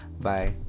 Bye